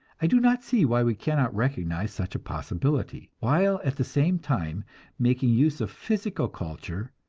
i do not see why we cannot recognize such a possibility, while at the same time making use of physical culture,